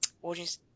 audience